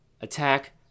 attack